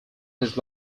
his